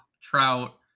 Trout